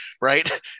right